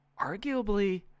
arguably